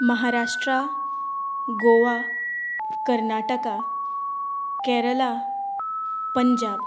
Maharashtra Goa Karnataka Kerala Punjab